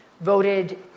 voted